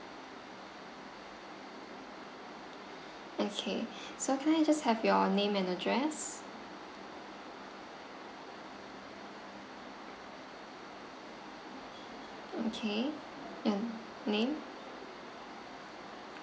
~ay so can I just have your name and address okay and name